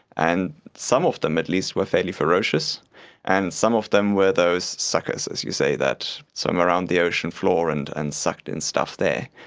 and some of them at least were fairly ferocious and some of them were those suckers, as you say, that swam around the ocean floor and and sucked in stuff there,